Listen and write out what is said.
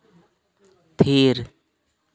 ᱛᱷᱤᱨ